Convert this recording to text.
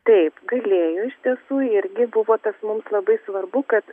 taip galėjo iš tiesų irgi buvo tas mums labai svarbu kad